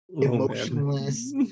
emotionless